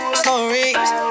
stories